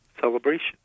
celebration